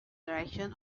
direction